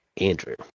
Andrew